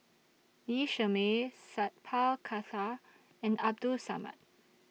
Lee Shermay Sat Pal Khattar and Abdul Samad